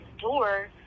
door